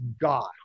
God